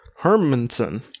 Hermanson